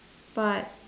but